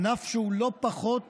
ענף שהוא לא פחות